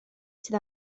sydd